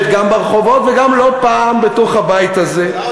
גם ברחובות וגם לא פעם בתוך הבית הזה.